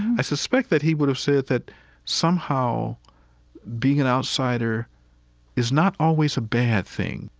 i suspect that he would have said that somehow being an outsider is not always a bad thing,